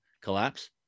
Collapse